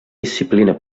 disciplina